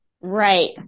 Right